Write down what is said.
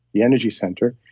the energy center,